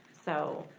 so